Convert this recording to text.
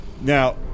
Now